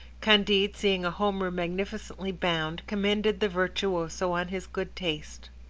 candide, seeing a homer magnificently bound, commended the virtuoso on his good taste.